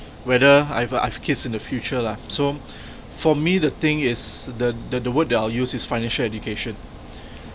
whether I've uh I've kids in the future lah so for me the thing is the the the word that I'll use is financial education